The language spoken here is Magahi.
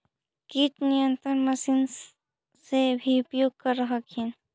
किट नियन्त्रण मशिन से भी उपयोग कर हखिन?